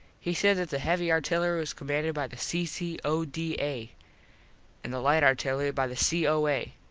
he said that the heavy artillery was commanded by the c c o d a an the light artillery by the c o a.